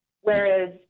Whereas